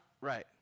Right